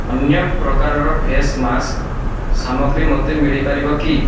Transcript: ଅନ୍ୟ ପ୍ରକାରର ଫେସ୍ମାସ୍କ୍ ସାମଗ୍ରୀ ମୋତେ ମିଳିପାରିବ କି